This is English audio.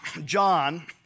John